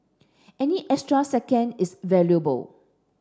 any extra second is valuable